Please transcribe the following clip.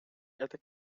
это